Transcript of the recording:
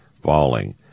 falling